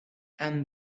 and